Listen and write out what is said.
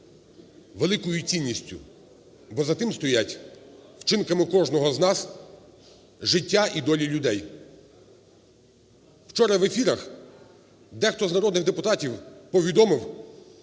великою цінністю, бо за тим стоять, вчинками кожного з нас, життя і долі людей. Вчора в ефірах дехто з народних депутатів повідомив,